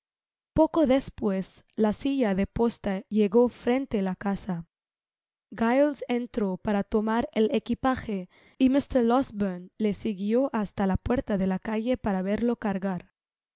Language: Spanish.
poco despues la silla de posta llegó trun te la casa giles entró para tomar el equipaje y mr losberne le siguió hasta la puerta de la calle para verlo cargar